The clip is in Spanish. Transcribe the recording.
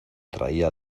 traía